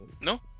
No